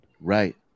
Right